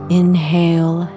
inhale